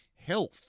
health